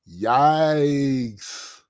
Yikes